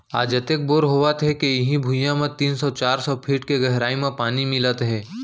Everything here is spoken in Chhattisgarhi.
आज अतेक बोर होवत हे के इहीं भुइयां म तीन सौ चार सौ फीट के गहरई म पानी मिलत हे